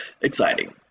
exciting